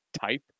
type